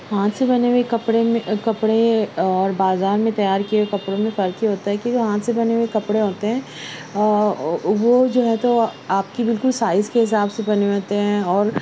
ہاتھ سے بنے ہوئے کپڑے میں کپڑے اور بازار میں تیار کیے ہوئے کپڑوں میں فرق یہ ہوتا ہے کہ جو ہاتھ سے بنے ہوئے کپڑے ہوتے ہیں وہ جو ہے تو آپ کی بالکل سائز کے حساب سے بنے ہوتے ہیں اور